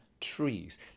trees